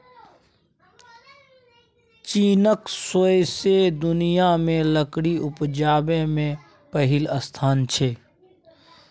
चीनक सौंसे दुनियाँ मे लकड़ी उपजाबै मे पहिल स्थान छै